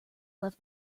left